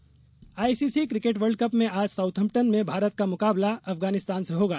cricket ICC cricket world cup में आज Southampton में भारत का मुकाबला अफगानिस्तान से होगा